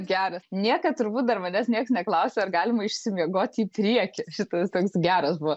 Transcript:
geras niekad turbūt dar manęs nieks neklausė ar galima išsimiegoti į priekį šitas toks geras buvo